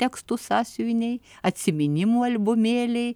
tekstų sąsiuviniai atsiminimų albumėliai